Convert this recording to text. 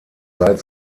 seit